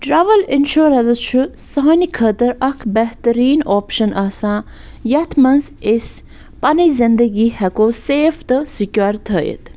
travel insurance چھُ سانہِ خٲطٕر اکھ بہتریٖن آپشَن آسان یَتھ منٛز أسۍ پَنٕنۍ زِندگی ہٮ۪کَو سیف تہٕ سِکیور تھٲوِتھ